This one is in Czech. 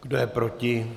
Kdo je proti?